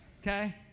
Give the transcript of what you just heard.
okay